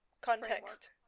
Context